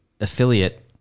affiliate